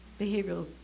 behavioral